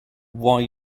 why